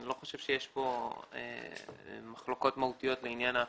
אני לא חושב שדיש כאן מחלוקות מהותיות לעניין.